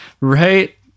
right